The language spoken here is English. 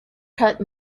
cut